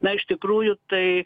na iš tikrųjų tai